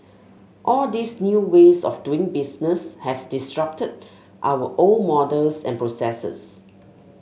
all these new ways of doing business have disrupted our old models and processes